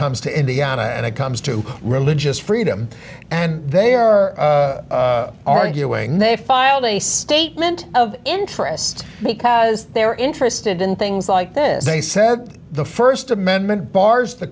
comes to indiana and it comes to religious freedom and they are arguing they filed a statement of interest because they're interested in things like this they said the st amendment bars the